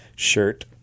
Shirt